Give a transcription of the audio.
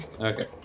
Okay